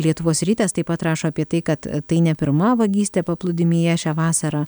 lietuvos rytas taip pat rašo apie tai kad tai ne pirma vagystė paplūdimyje šią vasarą